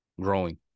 growing